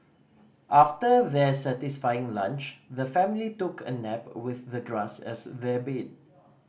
after their satisfying lunch the family took a nap with the grass as their bead